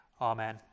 Amen